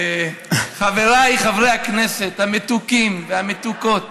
חבריי חברי הכנסת המתוקים והמתוקות